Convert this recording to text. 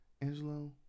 Angelo